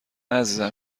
عزیزم